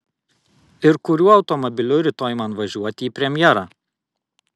ir kuriuo automobiliu rytoj man važiuoti į premjerą